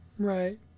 Right